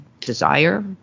desire